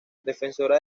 defensora